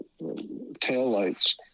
taillights